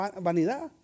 vanidad